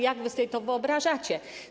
Jak wy sobie to wyobrażacie?